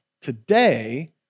Today